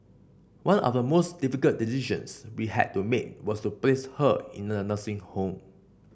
one of the most difficult decisions we had to make was to place her in a nursing home